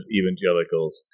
evangelicals